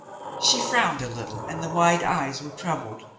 she frowned a little and the wide eyes were troubled.